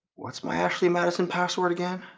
what's my ashley madison password again?